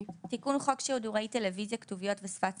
10.תיקון חוק שידורי טלוויזיה (כתוביות ושפת סימנים)